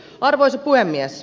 arvoisa puhemies